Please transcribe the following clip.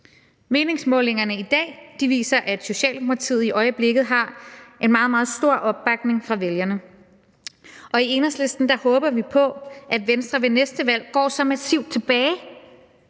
Meningsmålingerne i dag viser, at Socialdemokratiet i øjeblikket har en meget, meget stor opbakning fra vælgerne, og i Enhedslisten håber vi på, at Venstre ved næste valg går så massivt tilbage,